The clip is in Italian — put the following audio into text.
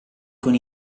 con